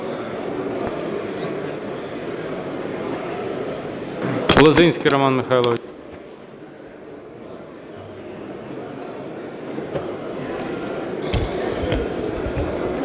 Лозинський Роман Михайлович.